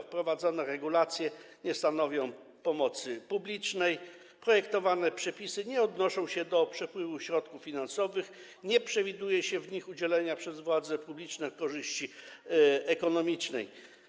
Wprowadzone regulacje nie stanowią pomocy publicznej: projektowane przepisy nie odnoszą się do przepływu środków finansowych, nie przewiduje się w nich udzielenia przez władze publiczne korzyści ekonomicznej.